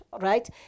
right